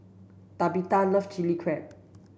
Tabitha loves chilli crab